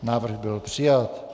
Návrh byl přijat.